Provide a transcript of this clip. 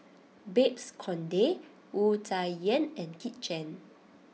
Babes Conde Wu Tsai Yen and Kit Chan